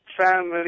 family